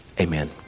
Amen